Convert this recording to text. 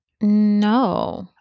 No